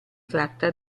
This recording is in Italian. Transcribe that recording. tratta